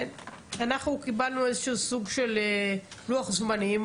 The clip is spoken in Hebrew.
אנחנו קיבלנו סוג של לוח זמנים,